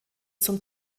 zum